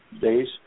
days